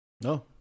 No